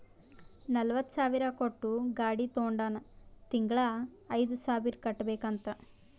ನಲ್ವತ ಸಾವಿರ್ ಕೊಟ್ಟು ಗಾಡಿ ತೊಂಡಾನ ತಿಂಗಳಾ ಐಯ್ದು ಸಾವಿರ್ ಕಟ್ಬೇಕ್ ಅಂತ್